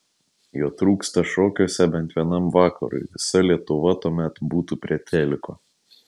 jo trūksta šokiuose bent vienam vakarui visa lietuva tuomet būtų prie teliko